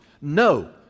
No